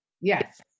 Yes